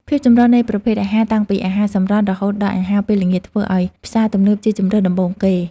ភាពចម្រុះនៃប្រភេទអាហារតាំងពីអាហារសម្រន់រហូតដល់អាហារពេលល្ងាចធ្វើឱ្យផ្សារទំនើបជាជម្រើសដំបូងគេ។